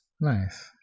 Nice